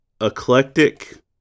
eclectic